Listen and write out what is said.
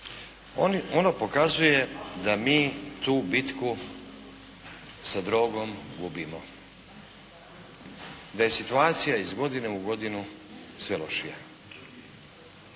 Ono pokazuje da mi tu bitku sa drogom gubimo. Da je situacija iz godine u godinu sve lošija.